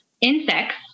insects